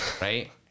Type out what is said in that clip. right